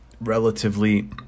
relatively